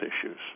issues